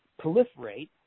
proliferate